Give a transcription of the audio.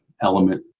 element